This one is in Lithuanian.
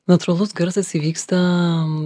natūralus garsas įvyksta